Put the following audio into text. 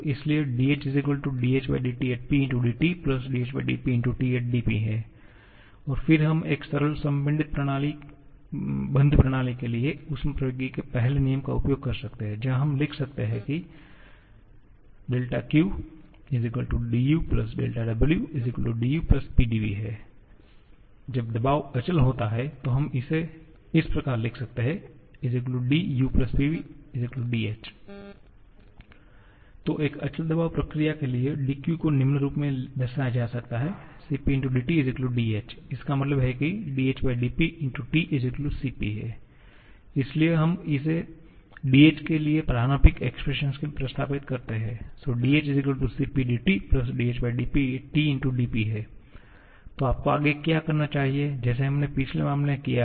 इसलिए 𝑑ℎ hTP dT hPT dP और फिर हम एक सरल संपीड़ित बंद प्रणाली के लिए ऊष्मप्रवैगिकी के पहले नियम का उपयोग कर सकते हैं जहां हम लिख सकते हैं δq du δw du Pdv जब दबाव अचल होता है तो हम इसे इस प्रकार लिख सकते हैं d u Pv dh तो एक अचल दबाव प्रक्रिया के लिए dq को निम्न रूप में दर्शाया जा सकता है CpdT dh इसका मतलब है की hPT CP इसलिए हम इसे dh के लिए प्रारंभिक एक्सप्रेशन में प्रतिस्थापित करते हैं 𝑑ℎ 𝐶𝑝 𝑑𝑇 hPT dP तो आपको आगे क्या करना चाहिए जैसे हमने पिछले मामले में किया है